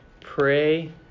Pray